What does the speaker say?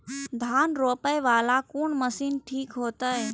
धान रोपे वाला कोन मशीन ठीक होते?